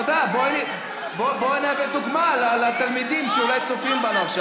את לא מקשיבה למה שאני אומר לך.